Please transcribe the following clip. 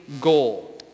goal